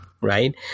right